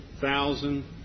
thousand